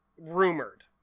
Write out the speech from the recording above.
rumored